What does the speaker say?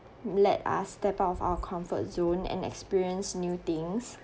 let us step out of our comfort zone and experience new things